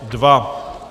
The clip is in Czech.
2.